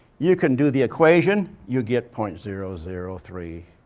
you can do the equation. you get point zero zero three.